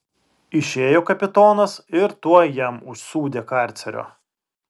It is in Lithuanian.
išėjo kapitonas ir tuoj jam užsūdė karcerio